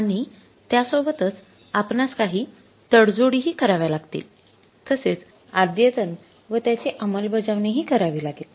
आणि त्या सोबतच आपणास काही तडजोडी हि कराव्या लागतील तसेच अद्यतन व त्याची अंमलबाजवणी हि करावी लागेल